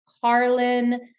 Carlin